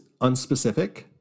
unspecific